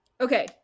Okay